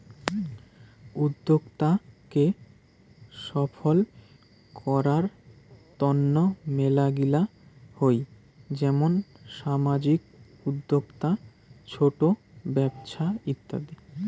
উদ্যোক্তা কে সফল করার তন্ন মেলাগিলা হই যেমন সামাজিক উদ্যোক্তা, ছোট ব্যপছা ইত্যাদি